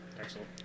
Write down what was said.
Excellent